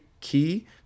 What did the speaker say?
key